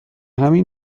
همین